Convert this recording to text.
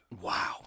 Wow